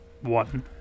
one